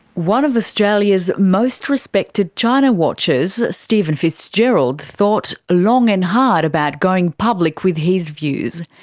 one of australia's most respected china watchers, stephen fitzgerald thought long and hard about going public with his views.